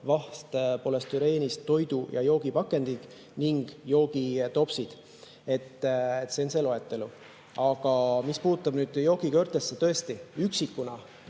vahtpolüstüreenist toidu- ja joogipakendid ning joogitopsid. See on see loetelu. Aga mis puutub joogikõrtesse, siis tõesti, üksikuna